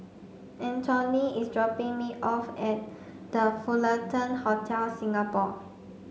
Antionette is dropping me off at The Fullerton Hotel Singapore